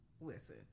Listen